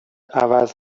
عوض